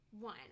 One